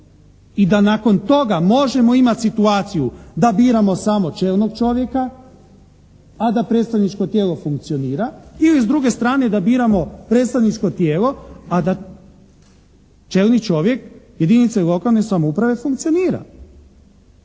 i da nakon toga možemo imati situaciju da biramo samo čelnog čovjeka a da predstavničko tijelo funkcionira ili s druge strane da biramo predstavničko tijelo a da čelni čovjek jedinice lokalne samouprave funkcionira.